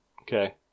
Okay